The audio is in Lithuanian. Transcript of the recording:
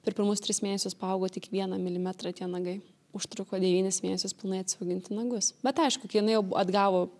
per pirmus tris mėnesius paaugo tik vieną milimetrą tie nagai užtruko devynis mėnesius pilnai atsiauginti nagus bet aišku kai jinai jau atgavo